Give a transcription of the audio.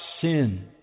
sin